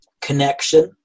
connection